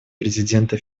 президента